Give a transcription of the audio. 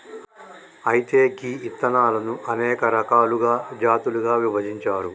అయితే గీ ఇత్తనాలను అనేక రకాలుగా జాతులుగా విభజించారు